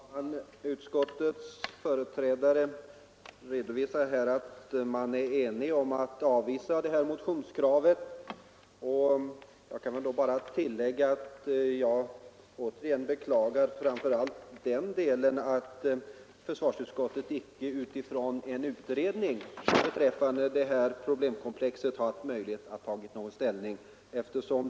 Herr talman! Utskottets företrädare redovisar att man är enig om att avvisa motionskravet. Jag kan då bara återigen beklaga att försvarsutskottet icke hade möjlighet att ta ställning på grundval av någon utredning beträffande detta problemkomplex.